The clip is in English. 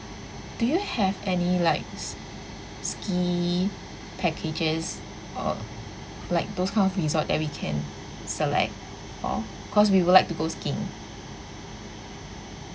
do you have any like s~ ski packages or like those kind of resort that we can select hor cause we would like to go skiing